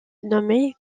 nommée